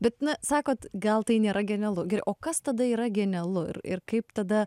bet na sakot gal tai nėra genialu o kas tada yra genialu ir ir kaip tada